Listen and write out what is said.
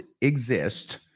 exist